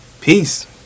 Peace